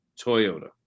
Toyota